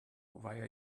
via